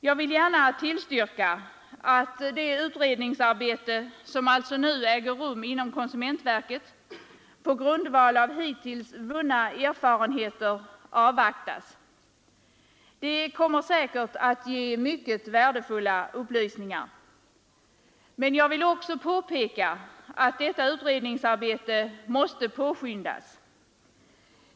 Jag vill gärna tillstyrka att det utredningsarbete som alltså nu äger rum inom konsumentverket på grundval av hittills vunna erfarenheter avvaktas. Det kommer säkert att ge mycket värdefulla upplysningar. Men jag vill också påpeka att detta utredningsarbete måste påskyndas.